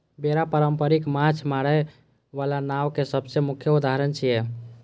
बेड़ा पारंपरिक माछ मारै बला नाव के सबसं मुख्य उदाहरण छियै